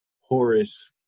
Horace